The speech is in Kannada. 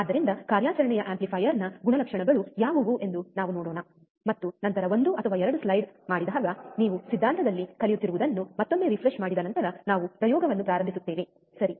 ಆದ್ದರಿಂದ ಕಾರ್ಯಾಚರಣೆಯ ಆಂಪ್ಲಿಫೈಯರ್ನ ಗುಣಲಕ್ಷಣಗಳು ಯಾವುವು ಎಂದು ನಾವು ನೋಡೋಣ ಮತ್ತು ನಂತರ 1 ಅಥವಾ 2 ಸ್ಲೈಡ್ ಮಾಡಿದಾಗ ನೀವು ಸಿದ್ಧಾಂತದಲ್ಲಿ ಕಲಿಯುತ್ತಿರುವುದನ್ನು ಮತ್ತೊಮ್ಮೆ ರಿಫ್ರೆಶ್ ಮಾಡಿದ ನಂತರ ನಾವು ಪ್ರಯೋಗವನ್ನು ಪ್ರಾರಂಭಿಸುತ್ತೇವೆ ಸರಿ